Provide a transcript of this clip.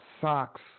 socks